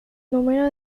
número